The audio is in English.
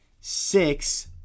six